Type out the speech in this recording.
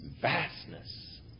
vastness